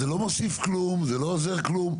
זה לא מוסיף כלום ולא עוזר בכלום.